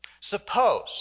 Suppose